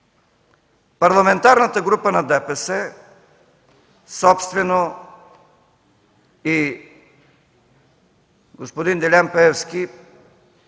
Парламентарната група на ДПС, собствено и господин Делян Пеевски